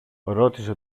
ρώτησε